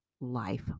life